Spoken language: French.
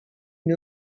une